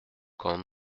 quand